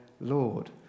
Lord